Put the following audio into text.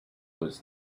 was